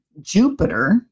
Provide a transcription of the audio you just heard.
Jupiter